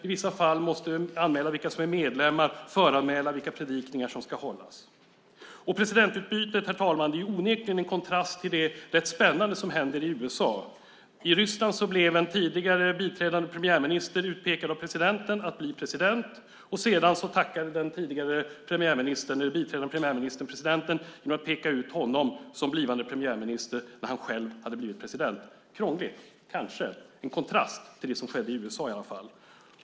I vissa fall måste man anmäla vilka som är medlemmar och föranmäla vilka predikningar som ska hållas. Och presidentbytet, herr talman, är onekligen en kontrast till det rätt spännande som händer i USA. I Ryssland blev en tidigare biträdande premiärminister utpekad av presidenten att bli president. Sedan tackade den tidigare biträdande premiärministern presidenten genom att peka ut honom som blivande premiärminister när han själv hade blivit president. Krångligt? Kanske. Det är i alla fall en konstrast till det som skedde i USA.